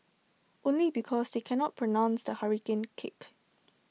only because they can not pronounce the hurricane kick